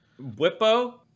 Whippo